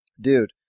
dude